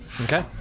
Okay